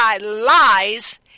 lies